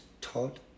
Todd